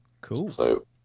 Cool